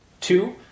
Two